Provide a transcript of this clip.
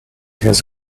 has